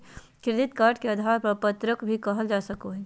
credit card के उधार पत्रक भी कहल जा सको हइ